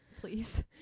please